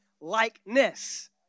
likeness